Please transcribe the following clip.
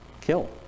kill